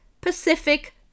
Pacific